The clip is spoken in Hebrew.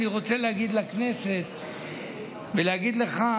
אני רוצה להגיד לכנסת ולהגיד לך,